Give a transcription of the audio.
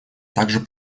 также